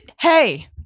Hey